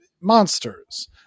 monsters